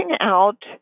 out